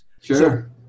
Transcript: Sure